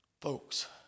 Folks